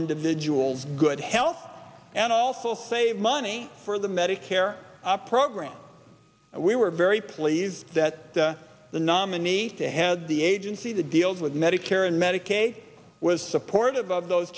individual good health and also save money for the medicare program and we were very pleased that the nominee to head the agency that deals with medicare and medicaid was supportive of those